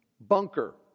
Bunker